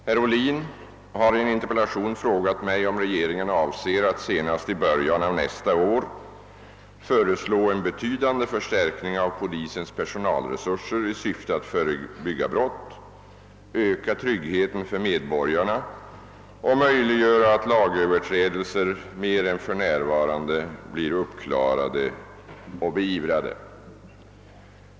Herr talman! Herr Ohlin har i en interpellation frågat mig om regeringen avser att senast i början av nästa år föreslå en betydande förstärkning av polisens personalresurser i syfte att förebygga brott, öka tryggheten för medborgarna och möjliggöra att lagöverträdelser mer än för närvarande blir uppklarade och beivrade.